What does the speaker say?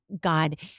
God